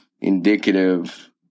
indicative